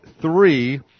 three